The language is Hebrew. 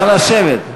נא לשבת.